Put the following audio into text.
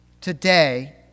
today